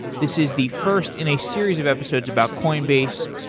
this is the first in a series of episodes about coinbase,